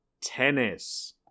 tennis